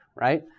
right